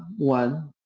one,